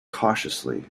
cautiously